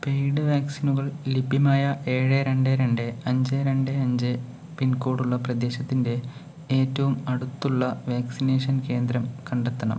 paid വാക്സിനുകൾ ലഭ്യമായ ഏഴ് രണ്ട് രണ്ട് അഞ്ച് രണ്ട് അഞ്ച് പിൻകോഡുള്ള പ്രദേശത്തിൻ്റെ ഏറ്റവും അടുത്തുള്ള വാക്സിനേഷൻ കേന്ദ്രം കണ്ടെത്തണം